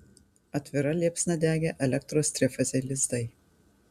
atvira liepsna degė elektros trifaziai lizdai